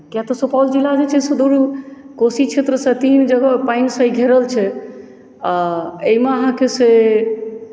कियाक तऽ सुपौल जिला जे छै से बहुत कोशी क्षेत्रसँ तीन जगह पानिसँ घिरल छै आओर एहिमे अहाँके से